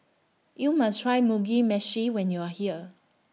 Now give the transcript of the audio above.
YOU must Try Mugi Meshi when YOU Are here